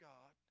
God